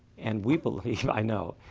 and we believe i know.